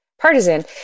partisan